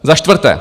Za čtvrté.